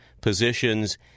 positions